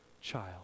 child